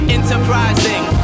Enterprising